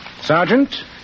Sergeant